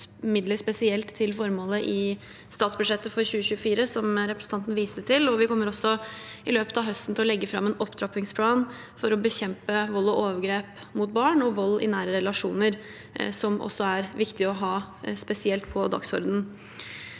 lagt inn midler spesifikt til det formålet i statsbudsjettet for 2024, som representanten viste til, og vi kommer også i løpet av høsten til å legge fram en opptrappingsplan for å bekjempe vold og overgrep mot barn og vold i nære relasjoner, som det også er viktig å ha spesifikt på dagsordenen.